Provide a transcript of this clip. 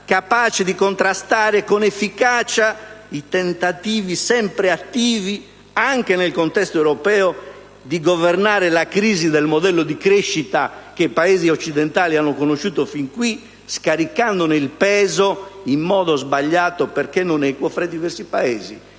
capace di contrastare con efficacia i tentativi sempre attivi, anche nel contesto europeo, di governare la crisi del modello di crescita che i Paesi occidentali hanno conosciuto fin qui, scaricandone il peso in modo sbagliato, perché non equo tra i diversi Paesi.